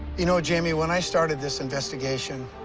you know, jamie, when i started this investigation,